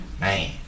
man